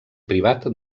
privat